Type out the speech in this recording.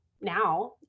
now